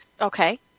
Okay